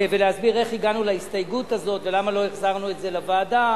ולהסביר איך הגענו להסתייגות הזאת ולמה לא החזרנו את זה לוועדה.